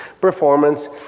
performance